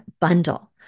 bundle